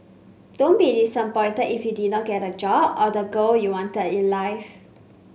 don't be disappointed if you did not get the job or the girl you wanted in life